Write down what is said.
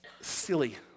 Silly